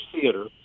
theater